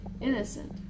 innocent